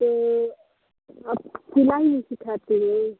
तो आप सिलाई भी सिखाते हैं